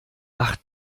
ach